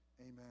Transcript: Amen